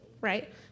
Right